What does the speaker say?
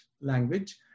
language